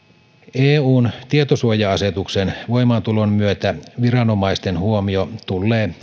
eun tietosuoja asetuksen voimaantulon myötä viranomaisten huomio tullee